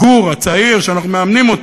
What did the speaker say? הגור הצעיר שאנחנו מאמנים,